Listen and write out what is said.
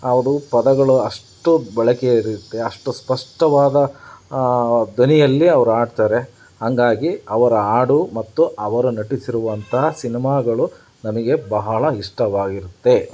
ಅವರು ಪದಗಳು ಅಷ್ಟು ಬಳಕೆಯಲ್ಲಿರುತ್ತೆ ಅಷ್ಟು ಸ್ಪಷ್ಟವಾದ ಧ್ವನಿಯಲ್ಲಿ ಅವ್ರು ಹಾಡ್ತಾರೆ ಹಾಗಾಗಿ ಅವರ ಹಾಡು ಮತ್ತು ಅವರು ನಟಿಸಿರುವಂತಹ ಸಿನಿಮಾಗಳು ನಮಗೆ ಬಹಳ ಇಷ್ಟವಾಗಿರುತ್ತೆ